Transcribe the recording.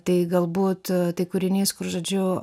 tai galbūt tai kūrinys kur žodžiu